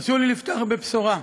הרשו לי לפתוח בבשורה.